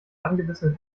angebissenen